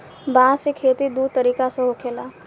बांस के खेती दू तरीका से होखेला